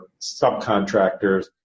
subcontractors